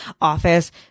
Office